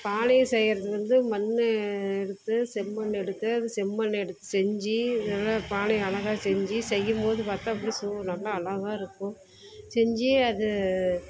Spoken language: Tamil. பானை செய்கிறது வந்து மண் எடுத்து செம்மண் எடுத்து அந்த செம்மண் எடுத்து செஞ்சு நல்லா பானைய அழகா செஞ்சு செய்யும்போது பார்த்தா அப்படியே நல்லா அழகா இருக்கும் செஞ்சு அது